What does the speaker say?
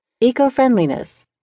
Eco-friendliness